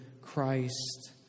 Christ